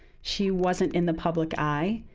she wasn't in the public eye.